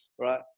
Right